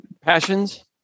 passions